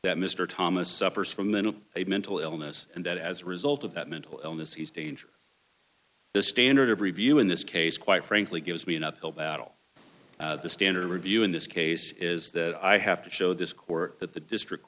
that mr thomas suffers from mental a mental illness and that as a result of that mental illness he's dangerous the standard of review in this case quite frankly gives me an uphill battle the standard review in this case is that i have to show this court that the district